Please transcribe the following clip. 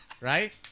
right